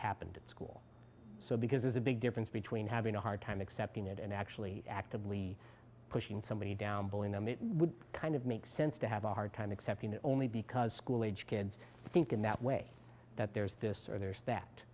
happened at school so because there's a big difference between having a hard time accepting it and actually actively pushing somebody down bullying them it would kind of make sense to have a hard time accepting that only because school age kids think in that way that there's this or there's that